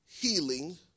healing